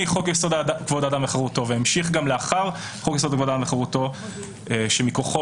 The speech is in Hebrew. חוק יסוד: כבוד האדם וחירותו והמשיך גם לאחר חוק יסוד: כבוד האדם